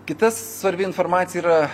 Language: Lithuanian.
kita svarbi informacija yra